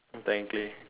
technically